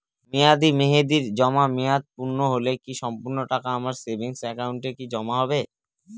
মেয়াদী মেহেদির জমা মেয়াদ পূর্ণ হলে কি সম্পূর্ণ টাকা আমার সেভিংস একাউন্টে কি জমা হবে?